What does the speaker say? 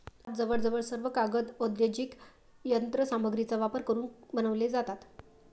आज जवळजवळ सर्व कागद औद्योगिक यंत्र सामग्रीचा वापर करून बनवले जातात